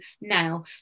now